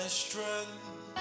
strength